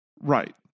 Right